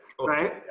Right